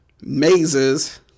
mazes